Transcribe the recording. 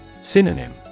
Synonym